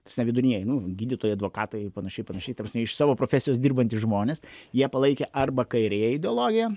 ta prasme vidurinieji nu gydytojai advokatai panašiai panašiai ta prasme iš savo profesijos dirbantys žmonės jie palaikė arba kairiąją ideologiją